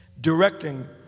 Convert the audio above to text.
Directing